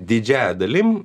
didžiąja dalim